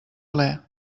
ple